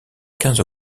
quinze